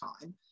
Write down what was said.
time